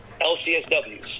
LCSWs